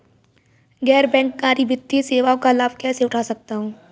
गैर बैंककारी वित्तीय सेवाओं का लाभ कैसे उठा सकता हूँ?